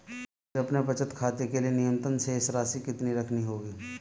मुझे अपने बचत खाते के लिए न्यूनतम शेष राशि कितनी रखनी होगी?